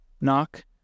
knock